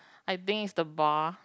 I think is the bar